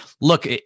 look